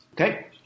Okay